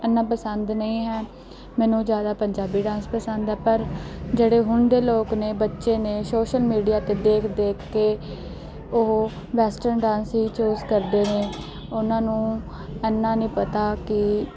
ਇੰਨਾ ਪਸੰਦ ਨਹੀਂ ਹੈ ਮੈਨੂੰ ਜ਼ਿਆਦਾ ਪੰਜਾਬੀ ਡਾਂਸ ਪਸੰਦ ਹੈ ਪਰ ਜਿਹੜੇ ਹੁਣ ਦੇ ਲੋਕ ਨੇ ਬੱਚੇ ਨੇ ਸੋਸ਼ਲ ਮੀਡੀਆ 'ਤੇ ਦੇਖ ਦੇਖ ਕੇ ਉਹ ਵੈਸਟਰਨ ਡਾਂਸ ਹੀ ਚੂਜ਼ ਕਰਦੇ ਨੇ ਉਹਨਾਂ ਨੂੰ ਇੰਨਾ ਨਹੀਂ ਪਤਾ ਕਿ